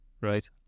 right